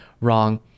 wrong